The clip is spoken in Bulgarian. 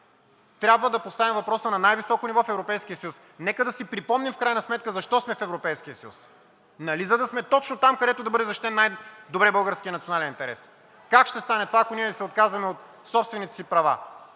трябва да поставим въпроса на най-високо ниво в Европейския съюз. Нека да си припомним в крайна сметка защо сме в Европейския съюз. Нали, за да сме точно там, където да бъде защитен най-добре българският национален интерес, как ще стане това, ако ние се отказваме от собствените си права